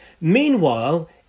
Meanwhile